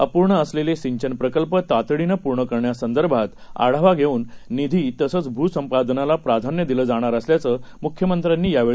अपूर्ण असलेले सिंचन प्रकल्प तातडीनं पूर्ण करण्यासंदर्भात आढावा घेऊन निधी तसेच भूसंपादनाला प्राधान्य दिलं जाणार असल्याचं मुख्यमंत्र्यांनी यावेळी सांगितलं